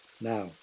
Now